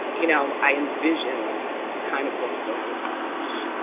you know, i envisioned the kind of books that i would publish.